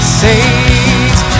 saves